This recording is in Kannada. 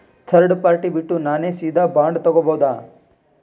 ಥರ್ಡ್ ಪಾರ್ಟಿ ಬಿಟ್ಟು ನಾನೇ ಸೀದಾ ಬಾಂಡ್ ತೋಗೊಭೌದಾ?